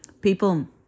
People